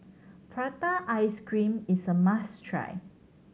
prata ice cream is a must try